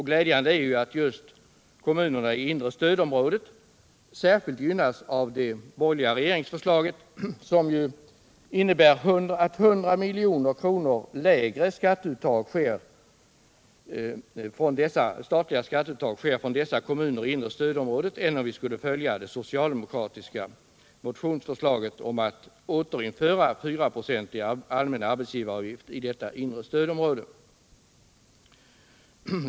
Glädjande är att just kommunerna i det inre stödområdet särskilt gynnas av det borgerliga regeringsförslaget, som ju innebär 100 milj.kr. lägre statligt skatteuttag av dem än om vi skulle följa det socialdemokratiska motionsförslaget att återinföra en 4-procentig allmän arbetsgivaravgift i det inre stödområdet.